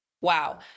wow